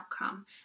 outcome